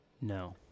No